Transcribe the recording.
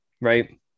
right